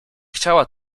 chciała